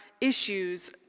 issues